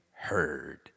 heard